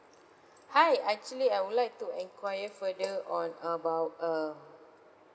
hi I actually I would like to inquire further on about uh